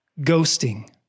ghosting